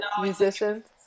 musicians